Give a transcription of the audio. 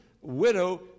widow